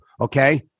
Okay